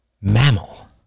mammal